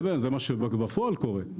זה מה שעכשיו בפועל קורה.